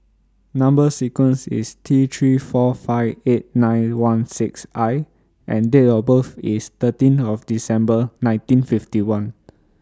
Number sequence IS T three four five eight nine one six I and Date of birth IS thirteen of December nineteen fifty one